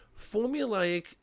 formulaic